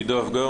עדו אבגר,